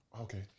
Okay